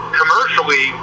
commercially